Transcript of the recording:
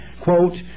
quote